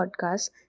podcast